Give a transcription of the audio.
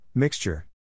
Mixture